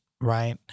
right